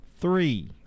three